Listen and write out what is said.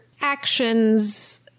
actions